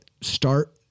start